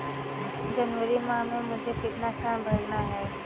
जनवरी माह में मुझे कितना ऋण भरना है?